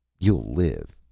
you'll live,